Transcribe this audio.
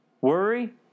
Worry